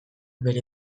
bere